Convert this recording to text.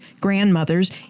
grandmothers